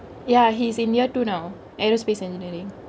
ya he's in year two now aerospace engkineeringk